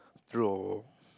bro